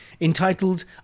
entitled